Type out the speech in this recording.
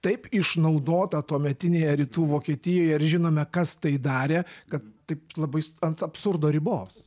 taip išnaudota tuometinėje rytų vokietijoje ir žinome kas tai darė kad taip labai ant absurdo ribos